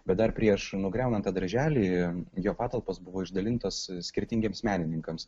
bet dar prieš nugriaunant tą darželį jo patalpos buvo išdalintos skirtingiems menininkams